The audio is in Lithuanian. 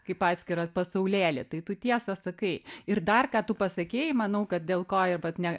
kaip atskirą pasaulėlį tai tu tiesą sakai ir dar ką tu pasakei manau kad dėl ko ir vat ne